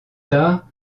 tard